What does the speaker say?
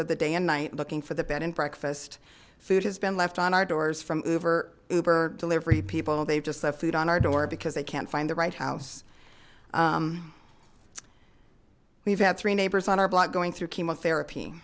of the day and night looking for the bed and breakfast food has been left on our doors from uber uber delivery people they've just left food on our door because they can't find the right house we've had three neighbors on our block going through chemotherapy